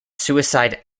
suicide